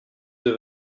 deux